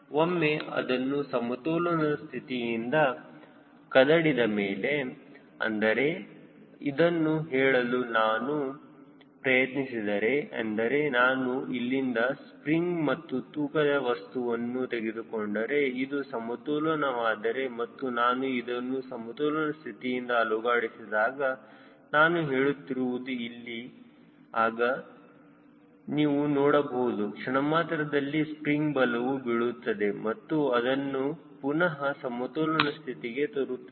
ಒಮ್ಮೆ ಅದನ್ನು ಸಮತೋಲನದ ಸ್ಥಿತಿಯಿಂದ ಕದಡಿದ ಮೇಲೆ ಅಂದರೆ ಇದನ್ನು ಹೇಳಲು ನಾನು ಪ್ರಯತ್ನಿಸಿದರೆ ಅಂದರೆ ನಾನು ಒಂದು ಸ್ಪ್ರಿಂಗ್ ಮತ್ತು ತೂಕದ ವಸ್ತುವನ್ನು ತೆಗೆದುಕೊಂಡರೆ ಇದು ಸಮತೋಲನವಾದರೆ ಮತ್ತು ನಾನು ಇದನ್ನು ಸಮತೋಲನ ಸ್ಥಿತಿಯಿಂದ ಅಲುಗಾಡಿಸಿದಾಗ ನಾನು ಹೇಳುತ್ತಿರುವುದು ಇಲ್ಲಿ ಆಗ ನೀವು ನೋಡಬಹುದು ಕ್ಷಣಮಾತ್ರದಲ್ಲಿ ಸ್ಪ್ರಿಂಗ್ ಬಲವು ಬೀಳುತ್ತದೆ ಮತ್ತು ಅದನ್ನು ಪುನಹ ಸಮತೋಲನ ಸ್ಥಿತಿಗೆ ತರುತ್ತದೆ